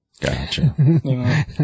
Gotcha